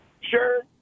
sure